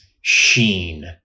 sheen